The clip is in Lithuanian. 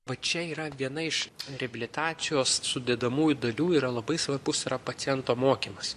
va čia yra viena iš reabilitacijos sudedamųjų dalių yra labai svarbus yra paciento mokymas